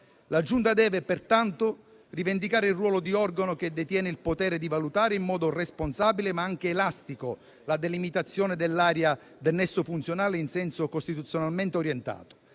La Giunta deve pertanto rivendicare il ruolo di organo che detiene il potere di valutare, in modo responsabile, ma anche elastico, la delimitazione dell'area del nesso funzionale in senso costituzionalmente orientato.